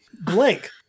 Blank